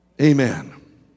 Amen